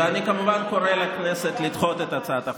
ואני כמובן קורא לכנסת לדחות את הצעת החוק.